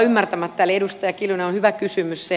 eli edustaja kiljunen se on hyvä kysymys